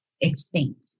extinct